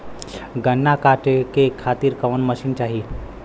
गन्ना कांटेके खातीर कवन मशीन चाही?